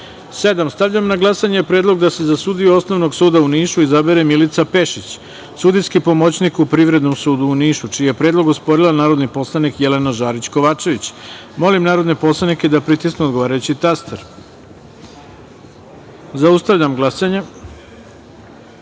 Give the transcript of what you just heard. Stavljam na glasanje predlog da se za sudiju Osnovnog suda u Nišu izabere Milica Pešić, sudijski pomoćnik u Privrednom sudu u Nišu, čiji je predlog osporila narodni poslanik Jelena Žarić Kovačević. Molim narodne poslanike da pritisnu odgovarajući taster. Zaustavljam glasanje: